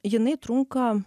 jinai trunka